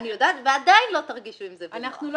אנחנו לא